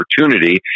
opportunity